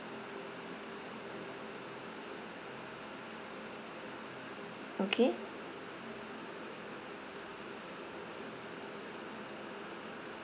okay